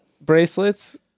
bracelets